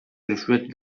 rüşvet